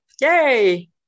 yay